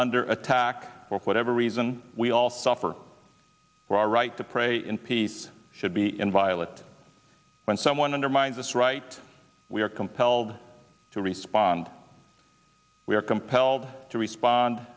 under attack for whatever reason we all suffer for our right to pray in peace should be inviolate when someone undermines us right we are compelled to respond we are compelled to respond